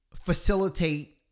facilitate